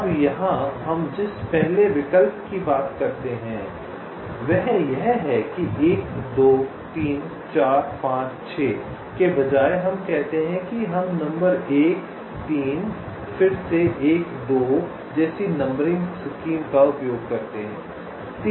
अब यहां हम जिस पहले विकल्प की बात करते हैं वह यह है कि 1 2 3 4 5 6 के बजाय हम कहते हैं कि हम नंबर 1 3 फिर से 1 2 जैसी नंबरिंग स्कीम का उपयोग करते हैं